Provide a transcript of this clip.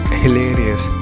hilarious।